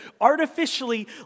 artificially